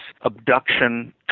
abduction